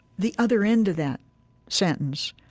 the other end of that sentence,